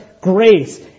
grace